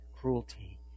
cruelty